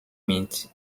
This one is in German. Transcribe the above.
mit